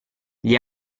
gli